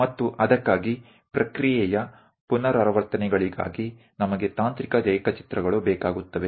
ಮತ್ತು ಅದಕ್ಕಾಗಿ ಪ್ರಕ್ರಿಯೆಯ ಪುನರಾವರ್ತನೆಗಳಿಗಾಗಿ ನಮಗೆ ತಾಂತ್ರಿಕ ರೇಖಾಚಿತ್ರಗಳು ಬೇಕಾಗುತ್ತವೆ